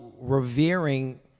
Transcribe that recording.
revering